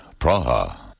Praha